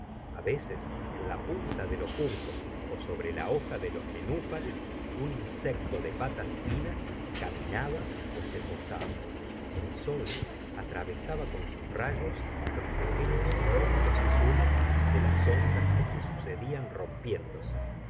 á veces en la punta de los juncos sobre la hoja de los nenúfares un insecto de patas finas caminaba ó se posaba el sol atravesaba con sus rayos los pequeños glólohlos azules de las ondas que se sucedían rompiéndose